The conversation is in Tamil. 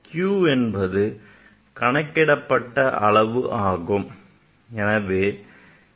q என்பது கணக்கிடப்பட்ட அளவு ஆகும்